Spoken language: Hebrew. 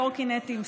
קורקינטים,